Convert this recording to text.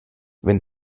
wenn